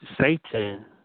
satan